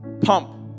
pump